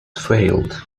failed